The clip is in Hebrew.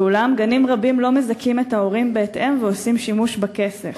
ואולם גנים רבים לא מזכים את ההורים בהתאם ועושים שימוש בכסף.